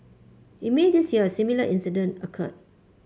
in May this year a similar incident occurred